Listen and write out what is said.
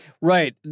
Right